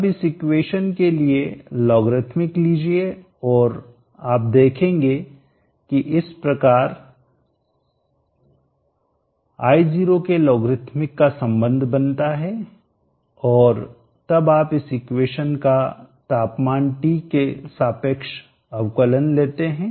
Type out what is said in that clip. अब इस इक्वेशन के लिए लोगरिथमिक लीजिए और आप देखेंगे कि इस प्रकार का I0 के लोगरिथमिक का संबंध बनता है और तब आप इस इक्वेशन का तापमान T के सापेक्ष अवकलनडिफरेंटशिएशन लेते हैं